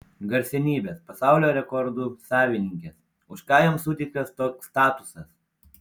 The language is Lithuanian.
garsenybės pasaulio rekordų savininkės už ką joms suteiktas toks statusas